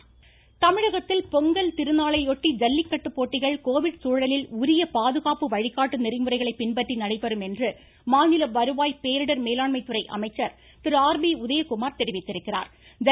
உதயகுமார் தமிழகத்தில் பொங்கல் திருநாளையொட்டி ஜல்லிக்கட்டு போட்டிகள் கோவிட் சூழலில் உரிய பாதுகாப்பு வழிகாட்டு நெறிமுறைகளை பின்பற்றி நடைபெறும் என்று மாநில வருவாய் பேரிடர் மேலாண்மைத்துறை அமைச்சர் திரு ஆர் பி உதயகுமார் தெரிவித்துள்ளார்